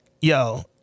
yo